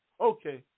Okay